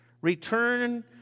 Return